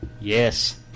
Yes